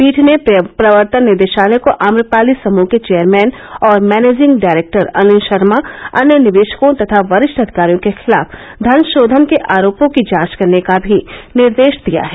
पीठ ने प्रवर्तन निदेशालय को आम्रपाली समूह के चेयरमैन और मैनेजिंग डायरेक्टर अनिल शर्मा अन्य निवेशकों तथा वरिष्ठ अधिकारियों के खिलाफ धनशोंधन के आरोपों की जांच करने का भी निर्देश दिया है